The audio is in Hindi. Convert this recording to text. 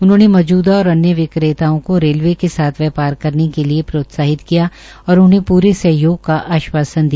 उन्होंने मौजूदा और अन्य विक्रेताओं को रेलवे के साथ व्यापार करने के लिये प्रोत्साहित किया और उन्हें पूरे सहयोग का आश्वासन दिया